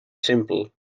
simple